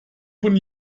von